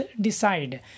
decide